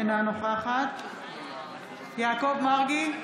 אינה נוכחת יעקב מרגי,